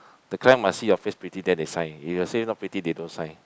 the client must see your face pretty then they sign if they see not pretty they don't sign